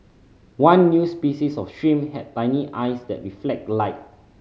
one new species of shrimp had shiny eyes that reflect light